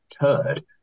turd